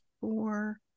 four